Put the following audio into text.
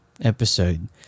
episode